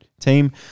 team